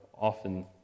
often